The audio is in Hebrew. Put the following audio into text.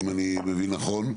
אם אני מבין נכון,